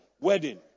wedding